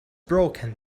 broken